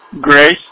Grace